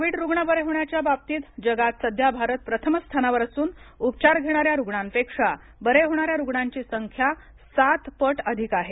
Covid रुग्ण बरे होण्याच्या बाबतीत जगात सध्या भारत प्रथम स्थानावर असून उपचार घेणाऱ्या रुग्णांपेक्षा बरे होणाऱ्या रुग्णांची संख्या सात पट अधिक आहे